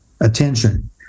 attention